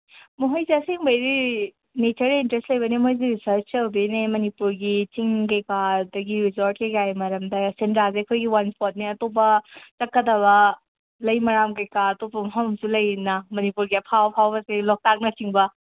ꯃꯈꯣꯏꯁꯦ ꯑꯁꯦꯡꯕꯒꯤꯗꯤ ꯅꯦꯆꯔꯗ ꯏꯟꯇꯔꯦꯁ ꯂꯩꯕꯅꯦ ꯃꯣꯏꯁꯦ ꯔꯤꯁꯔꯁ ꯇꯧꯗꯣꯏꯅꯦ ꯃꯅꯤꯄꯨꯔꯒꯤ ꯆꯤꯡ ꯀꯩꯀꯥ ꯑꯗꯒꯤ ꯔꯤꯖꯣꯔꯠ ꯀꯩꯀꯥꯒꯤ ꯃꯔꯝꯗ ꯁꯦꯟꯗ꯭ꯔꯥꯁꯦ ꯑꯩꯈꯣꯏꯒꯤ ꯋꯥꯟ ꯏꯁꯄꯣꯠꯅꯦ ꯑꯇꯣꯞꯄ ꯆꯠꯀꯗꯕ ꯂꯩꯃꯔꯥꯝ ꯀꯩꯀꯥ ꯑꯇꯣꯞꯄ ꯃꯐꯝꯁꯨ ꯂꯩꯔꯤꯅ ꯃꯅꯤꯄꯨꯔꯒꯤ ꯑꯐꯥꯎ ꯑꯐꯥꯎꯕꯁꯦ ꯂꯣꯛꯇꯥꯛꯅꯆꯤꯡꯕ